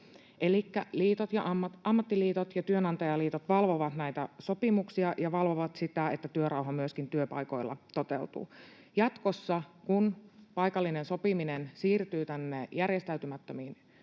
Elikkä ammattiliitot ja työnantajaliitot valvovat näitä sopimuksia ja valvovat sitä, että työrauha myöskin työpaikoilla toteutuu. Jatkossa, kun paikallinen sopiminen siirtyy tänne järjestäytymättömiin